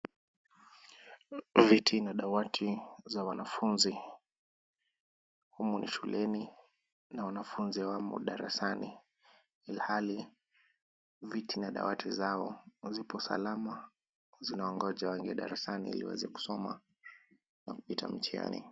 Viti na dawati za wanafunzi, humu ni shuleni na wanafunzi hawamo darasani. Ilihali viti na dawati zao zipo salama zinaongoja waingie darasani ili waweze kusoma na kupita mtihani.